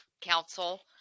council